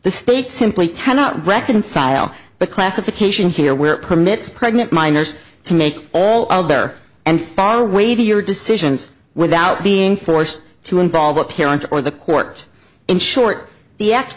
the state simply cannot reconcile the classification here where permits pregnant minors to make all of their and far way to your decisions without being forced to involve a parent or the court in short the act